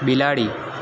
બિલાડી